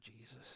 Jesus